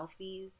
selfies